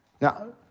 Now